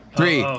Three